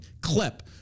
clip